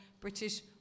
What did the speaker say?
British